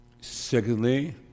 Secondly